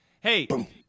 Hey